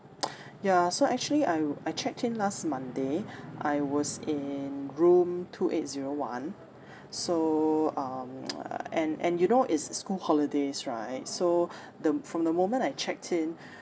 ya so actually I I checked in last monday I was in room two eight zero one so um uh and and you know it's school holidays right so the m~ from the moment I checked in